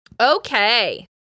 Okay